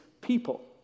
people